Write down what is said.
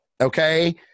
okay